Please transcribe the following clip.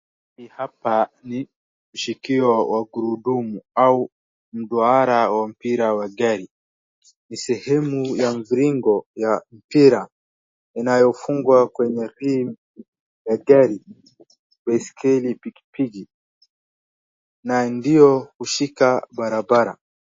Hapa ni shikio wa gurudumu au mdwara wa mpira wa gari, ni sehemu ya mviringo ya mpira inayofungwa kwenye rim ya gari, baiskeli, pikipiki na ndio hushika barabara.